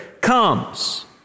comes